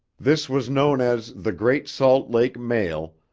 this was known as the great salt lake mail,